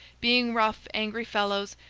being rough angry fellows,